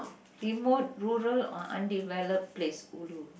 remote rural or undeveloped place ulu